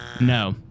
No